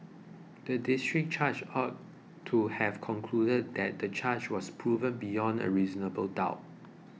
the District Judge ought to have concluded that the charge was proved beyond a reasonable doubt